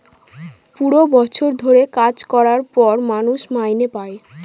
পুরো বছর ধরে কাজ করার পর মানুষ মাইনে পাই